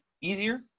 easier